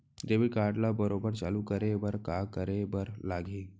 Debit card ला दोबारा चालू करे बर का करे बर लागही?